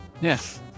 Yes